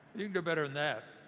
you can do better than that.